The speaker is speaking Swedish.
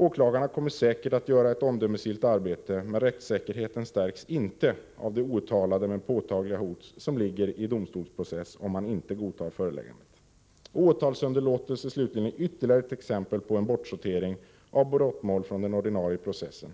Åklagarna kommer säkert att försöka göra ett omdömesgillt arbete, men rättssäkerheten stärks inte av det outtalade men påtagliga hot som ligger i en domstolsprocess om man inte godtar föreläggandet. Åtalsunderlåtelse, slutligen, är ytterligare ett exempel på en bortsortering av brottmål från den ordinarie processen.